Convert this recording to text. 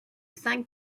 cinq